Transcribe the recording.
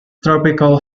tropical